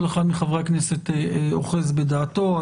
כל אחד מחברי הכנסת אוחז בדעתו.